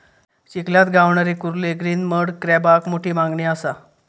चिखलात गावणारे कुर्ले ग्रीन मड क्रॅबाक मोठी मागणी असा